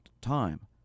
time